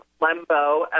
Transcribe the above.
Lembo